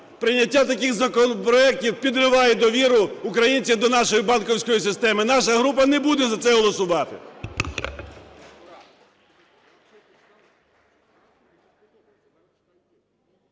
Прийняття таких законопроектів підриває довіру українців до нашої банківської системи. Наша група не буде за це голосувати.